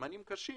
לזמנים קשים,